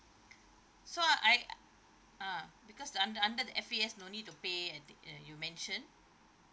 so I uh because under under the F_A_S no need to pay at the uh you mentioned